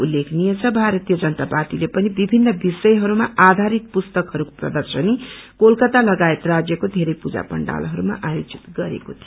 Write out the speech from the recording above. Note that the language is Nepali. उल्लेखनीय छ भारतीय जनता पार्टीले पनि विभ्जिनन विष्यहरूमा आधारित पुस्तकहरूको प्रदर्शनी कोलकाता लगायत राज्यको बेरै पूजा पण्डालहरूमा आयोजित गरेको थियो